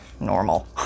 Normal